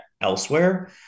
elsewhere